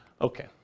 Okay